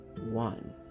one